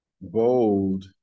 bold